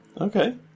okay